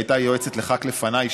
שהייתה יועצת לח"כ לפניי,